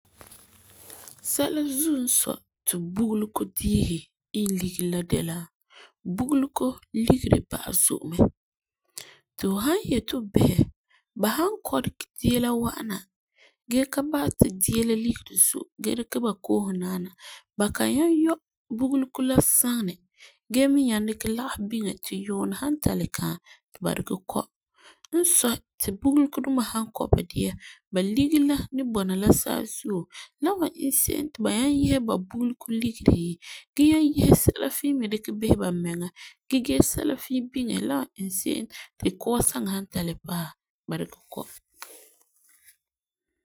Sɛla zuo n sɔi ti bugelegɔ diisi ligeri zom de la, bugelegɔ ligeri ba'a zo'e me ti fu san yeti fu bisɛ ba kɔ dikɛdia la wa'ana gee ka basɛ ti dia la ligeri zo'e gee loose naana ba kan nyaŋɛ yɔ bugelegɔ ligeri sanɛ gee mi nyaŋɛ dikɛ lagehu biŋɛ ti yuunɛ san ta le kaa ti ba dikɛ kɔ n sɔi ti bugelegɔ duma san kɔ ba dia, ba ligeri la ni bo la saazuo la wan I se'em ti ba nyaŋɛ yese na ba bugelegɔ ligeri gee nyaŋɛ sɛla fii mi nyaŋɛ bisɛ bamiŋa gee gee sɛla fii biŋɛ la wan iŋɛ se'em ti kɔa saŋa san ta paɛ ba dikɛ kɔ.